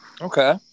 Okay